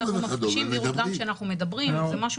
ואנחנו מפרישים וירוס גם כשאנחנו מדברים.